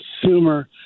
consumer